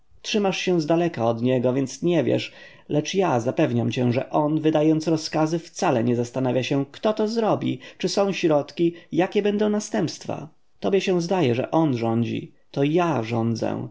wykona trzymasz się zdaleka od niego więc nic nie wiesz lecz ja zapewniam cię że on wydając rozkazy wcale nie zastanawia się kto to robi czy są środki jakie będą następstwa tobie się zdaje że on rządzi to ja rządzę